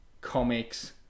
comics